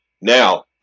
Now